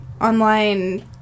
online